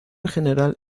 general